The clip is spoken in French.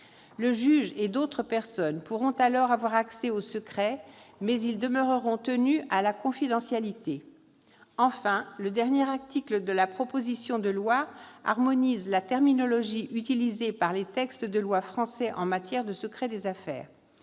Le juge et d'autres personnes pourront alors avoir accès au secret, mais demeureront tenus à la confidentialité. Enfin, le dernier article de la proposition de loi harmonise la terminologie utilisée par les textes français en matière de secret des affaires.